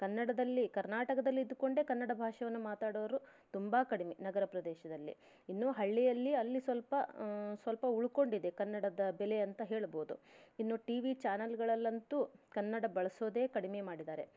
ಕನ್ನಡದಲ್ಲಿ ಕರ್ನಾಟಕದಲ್ಲಿದ್ದುಕೊಂಡೇ ಕನ್ನಡ ಭಾಷೆಯನ್ನು ಮಾತಾಡೋರು ತುಂಬ ಕಡಿಮೆ ನಗರ ಪ್ರದೇಶದಲ್ಲಿ ಇನ್ನೂ ಹಳ್ಳಿಯಲ್ಲಿ ಅಲ್ಲಿ ಸ್ವಲ್ಪ ಸ್ವಲ್ಪ ಉಳ್ಕೊಂಡಿದೆ ಕನ್ನಡದ ಬೆಲೆ ಅಂತ ಹೇಳಬಹುದು ಇನ್ನು ಟಿ ವಿ ಚಾನಲ್ಗಳಲ್ಲಂತೂ ಕನ್ನಡ ಬಳಸೋದೆ ಕಡಿಮೆ ಮಾಡಿದ್ದಾರೆ